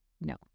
no